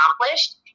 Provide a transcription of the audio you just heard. accomplished